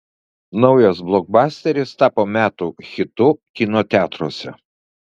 naujas blokbasteris tapo metų hitu kino teatruose